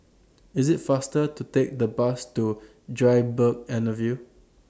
IS IT faster to Take The Bus to Dryburgh Anna View